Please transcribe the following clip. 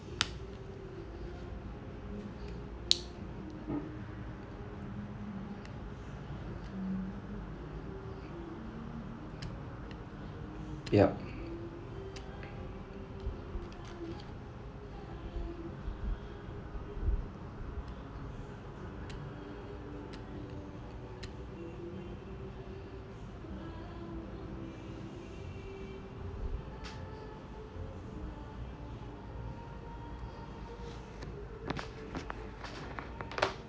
yup